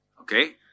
Okay